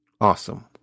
Awesome